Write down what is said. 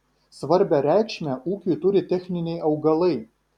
svarbią reikšmę ūkiui turi techniniai augalai